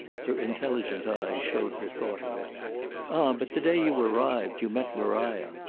her intelligent eyes showed her thought of it. ah but the day you arrived you met maria.